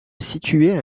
située